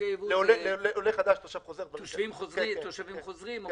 לעולים חדשים ותושבים חוזרים.